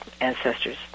ancestors